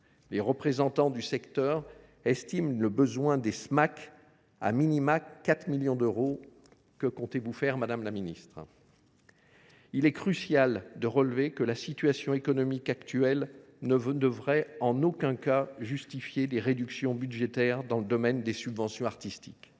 les représentants du secteur estiment le besoin des Smac,, à 4 millions d’euros. Que comptez vous faire, madame la ministre ? La situation économique actuelle ne devrait, en aucun cas, justifier des réductions budgétaires dans le domaine des subventions artistiques.